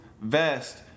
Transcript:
vest